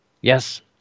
yes